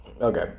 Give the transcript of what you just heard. Okay